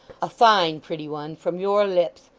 a fine, pretty one, from your lips.